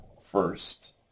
first